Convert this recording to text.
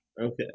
Okay